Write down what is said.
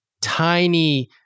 tiny